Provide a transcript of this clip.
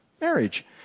marriage